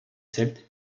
celtes